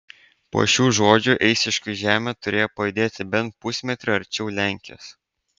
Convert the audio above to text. po šių žodžių eišiškių žemė turėjo pajudėti bent pusmetriu arčiau lenkijos